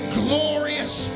glorious